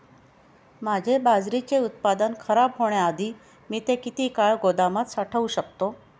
माझे बाजरीचे उत्पादन खराब होण्याआधी मी ते किती काळ गोदामात साठवू शकतो?